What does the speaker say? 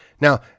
Now